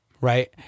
right